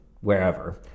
wherever